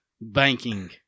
banking